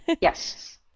Yes